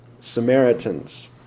Samaritans